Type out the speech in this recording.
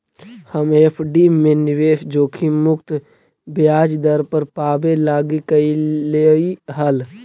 हम एफ.डी में निवेश जोखिम मुक्त ब्याज दर पाबे लागी कयलीअई हल